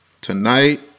tonight